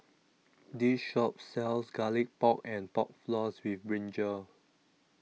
This Shop sells Garlic Pork and Pork Floss with Brinjal